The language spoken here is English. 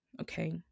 okay